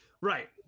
Right